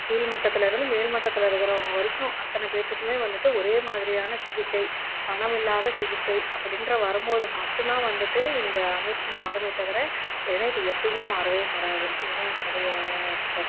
கீழ்மட்டத்தில் இருந்து மேல் மட்டத்தில் இருக்கிறவங்க வரைக்கும் அத்தனை பேர்த்துக்கும் வந்துட்டு ஒரே மாதிரியான சிகிச்சை பணம் இல்லாத சிகிச்சை அப்படின்ற வரும் போது மட்டும்தான் வந்துட்டு இந்த அமைப்பு மாறும் தவிர இல்லைன்னா இது எப்போயுமே மாறவே மாறாது இது தான் என்னுடைய கருத்து